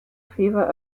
fever